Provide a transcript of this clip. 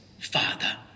Father